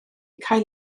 cael